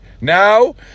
Now